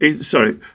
Sorry